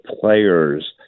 players